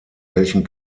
welchen